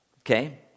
Okay